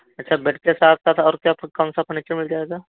अच्छा बेड के साथ साथ और क्या कौन सा फर्नीचर मिल जाएगा